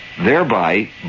Thereby